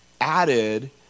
added